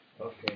Okay